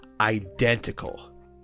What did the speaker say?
identical